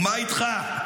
ומה איתך?